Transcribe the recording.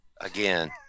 Again